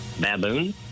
Baboon